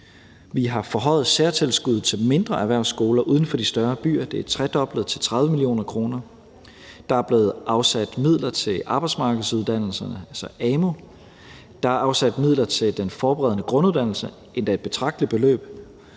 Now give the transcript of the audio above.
Vi har forhøjet særtilskuddet til mindre erhvervsskoler uden for de større byer. Det er tredoblet til 30 mio. kr. Der er blevet afsat midler til arbejdsmarkedsuddannelserne, altså amu. Der er afsat midler til den forberedende grunduddannelse – endda et betragteligt beløb.